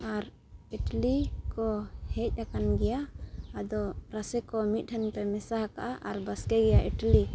ᱟᱨ ᱮᱴᱞᱤᱠᱚ ᱦᱮᱡ ᱟᱠᱟᱱ ᱜᱮᱭᱟ ᱟᱫᱚ ᱨᱟᱥᱮᱠᱚ ᱢᱤᱫᱴᱷᱮᱱᱯᱮ ᱢᱮᱥᱟ ᱟᱠᱟᱫᱼᱟ ᱟᱨ ᱵᱟᱥᱠᱮ ᱜᱮᱭᱟ ᱮᱴᱞᱤ